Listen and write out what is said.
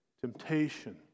temptation